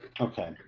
Okay